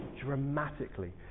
dramatically